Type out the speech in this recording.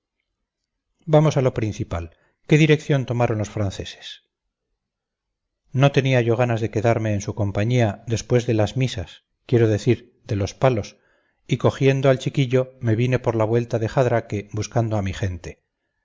vamos a lo principal qué dirección tomaron los franceses no tenía yo ganas de quedarme en su compañía después de las misas quiero decir de los palos y cogiendo al chiquillo me vine por la vuelta de jadraque buscando a mi gente